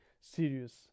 serious